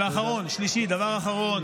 דבר אחרון.